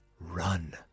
Run